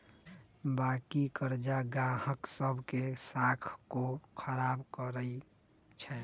बाँकी करजा गाहक सभ के साख को खराब करइ छै